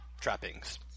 trappings